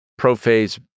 Prophase